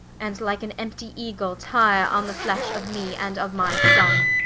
and like an emptie eagle, tyre on the flesh of me, and of my sonne.